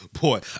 boy